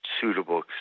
suitable